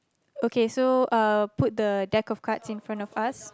okay so uh put the deck of cards in front of us